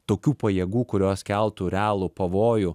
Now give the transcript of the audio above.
tokių pajėgų kurios keltų realų pavojų